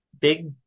Big